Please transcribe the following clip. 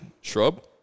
shrub